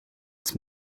it’s